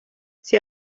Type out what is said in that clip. sie